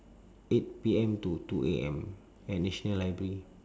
eight P_M to two A_M at national library